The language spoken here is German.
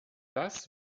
das